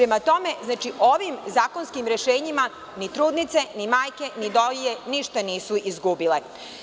Prema tome, ovim zakonskim rešenjima ni trudnice, ni majke, ni dojilje ništa nisu izgubile.